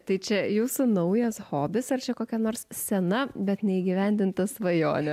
tai čia jūsų naujas hobis ar čia kokia nors sena bet neįgyvendinta svajonė